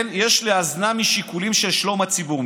כן יש לאזנה משיקולים של שלום הציבור.